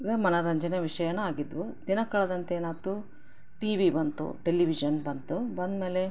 ಮನೋರಂಜನೆ ವಿಷ್ಯವೂ ಆಗಿದ್ದವು ದಿನ ಕಳೆದಂತೆ ಏನಾಯ್ತು ಟಿವಿ ಬಂತು ಟೆಲಿವಿಷನ್ ಬಂತು ಬಂದಮೇಲೆ